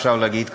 כבר אפשר להגיד,